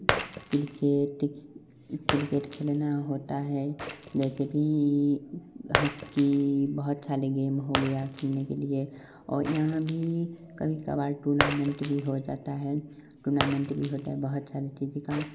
cricket cricket खेलना होता है जैसे कि ह कि बहुत सारे गेम हो गया खेलने के लिए और यहाँ भी कभी कभार टूर्नामेंट भी हो जाता है टूर्नामेंट भी होता बहुत सारे किरकेटर